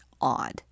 odd